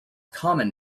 common